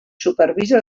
supervisa